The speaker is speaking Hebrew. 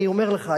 אני אומר לך,